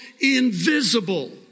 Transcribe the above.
invisible